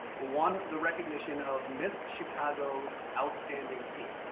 ah won the recognition of miss chicago's outstanding teen.